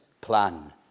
plan